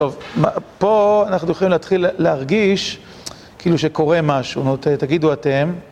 טוב, פה אנחנו יכולים להתחיל להרגיש כאילו שקורה משהו, תגידו אתם.